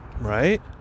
Right